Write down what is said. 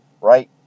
Right